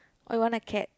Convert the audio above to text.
or you want a cat